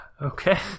Okay